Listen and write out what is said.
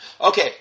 Okay